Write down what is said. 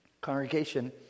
Congregation